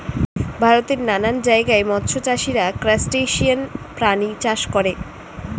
ভারতের নানান জায়গায় মৎস্য চাষীরা ক্রাসটেসিয়ান প্রাণী চাষ করে